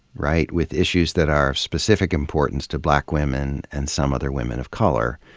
right? with issues that are of specific importance to black women and some other women of color.